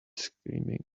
screaming